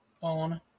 on